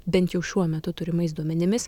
bent jau šiuo metu turimais duomenimis